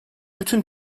bütün